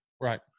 right